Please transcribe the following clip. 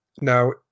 Now